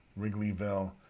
Wrigleyville